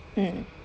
mm